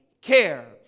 care